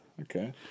okay